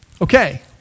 Okay